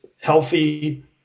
healthy